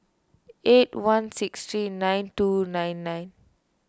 eight one six three nine two nine nine